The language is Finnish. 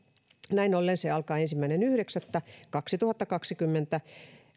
näin ollen se alkaa ensimmäinen yhdeksättä kaksituhattakaksikymmentä